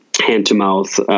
hand-to-mouth